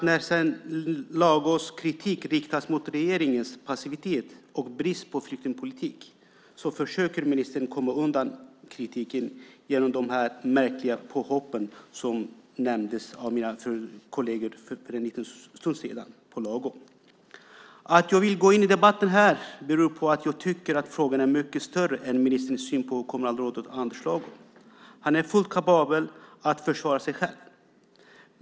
När Lagos kritik riktas mot regeringens passivitet och brist på flyktingpolitik försöker ministern komma undan kritiken genom de märkliga påhopp på Lago som nämndes av mina kolleger för en liten stund sedan. Att jag vill gå in i debatten här i kammaren beror på att jag tycker att frågan är mycket större än ministerns syn på Anders Lago. Han är fullt kapabel att försvara sig själv.